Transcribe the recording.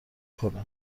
کنه